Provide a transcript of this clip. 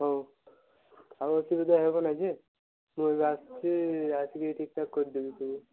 ହଉ ଆଉ ଅସୁବିଧା ହେବ ନାହିଁ ଯେ ମୁଁ ଏବେ ଆସୁଛି ଆସିକି ଠିକ୍ ଠାକ୍ କରିଦେବି ସବୁ